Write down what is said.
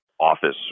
Office